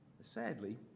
Sadly